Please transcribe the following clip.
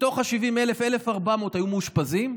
ומתוך ה-70,000, 1,400 היו מאושפזים,